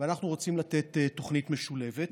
ואנחנו רוצים לתת תוכנית משולבת.